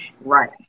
Right